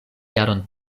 jaron